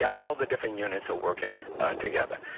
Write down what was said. yeah all the different units ah working together.